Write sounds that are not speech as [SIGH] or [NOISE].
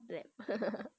[LAUGHS]